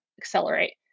accelerate